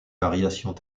variations